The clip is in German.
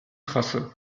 trasse